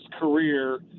career